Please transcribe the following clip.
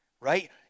Right